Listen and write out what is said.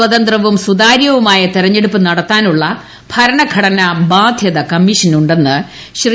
സ്വതന്ത്രവും സുതാര്യവുമായി തെരഞ്ഞെട്ടൂപ്പ് നടത്താനുള്ള ഭരണഘടനാ ബാധ്യത കമ്മീഷനുണ്ടെണ്ട് ശ്രീ